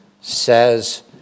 says